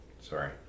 Sorry